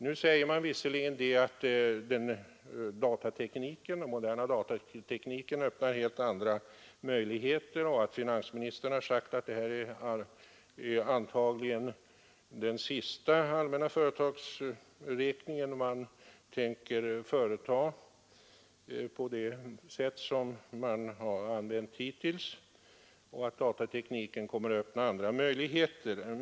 Nu säger man visserligen att den moderna datatekniken öppnar helt andra möjligheter och att finansministern har sagt att det här antagligen är den sista allmänna företagsräkning som man tänker företa på det sätt som man har använt hittills.